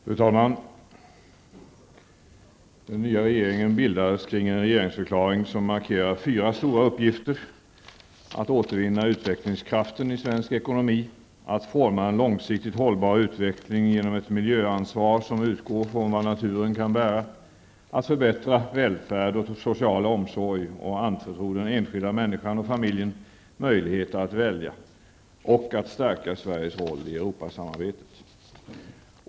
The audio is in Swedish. Fru talman! Den nya regeringen bildades kring en regeringsförklaring som markerar fyra stora uppgifter: att återvinna utvecklingskraften i svensk ekonomi, att forma en långsiktigt hållbar utveckling genom ett miljöansvar som utgår från vad naturen kan bära, att förbättra välfärd och social omsorg och anförtro åt den enskilda människan och familjen möjligheter att välja och att stärka Sveriges roll i Europasamarbetet.